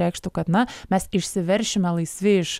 reikštų kad na mes išsiveršime laisvi iš